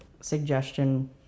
suggestion